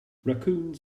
raccoons